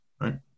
right